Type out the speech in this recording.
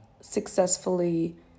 successfully